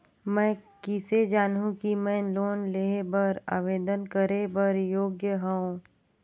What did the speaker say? मैं किसे जानहूं कि मैं लोन लेहे बर आवेदन करे बर योग्य हंव?